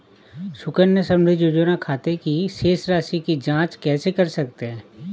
सुकन्या समृद्धि योजना के खाते की शेष राशि की जाँच कैसे कर सकते हैं?